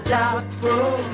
doubtful